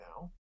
now